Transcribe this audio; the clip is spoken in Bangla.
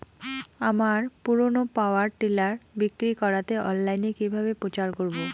আমার পুরনো পাওয়ার টিলার বিক্রি করাতে অনলাইনে কিভাবে প্রচার করব?